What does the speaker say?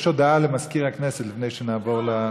יש הודעה למזכיר הכנסת, לפני שנעבור.